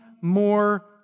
more